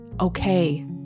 okay